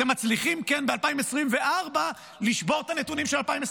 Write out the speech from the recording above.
כן, אתם מצליחים ב-2024 לשבור את הנתונים של 2023,